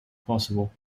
possible